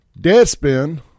Deadspin